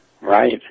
Right